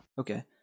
Okay